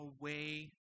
away